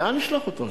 לאן ישלח אותו השופט?